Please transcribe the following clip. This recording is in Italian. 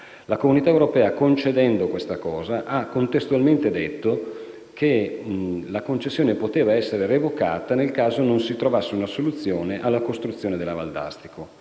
L'Unione europea, concedendo tale prolungamento, ha contestualmente detto che la concessione poteva essere revocata nel caso non si trovasse una soluzione alla costruzione della Valdastico.